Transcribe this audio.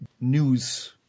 news